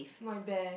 my bear